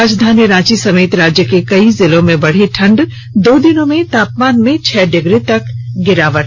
राजधानी रांची समेत राज्य के कई जिलों में बढ़ी ठंड दो दिनों में तापमान में छह डिग्री तक गिरावट